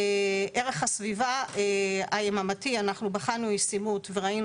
ערך הסביבה היממתי אנחנו בחנו ישימות וראינו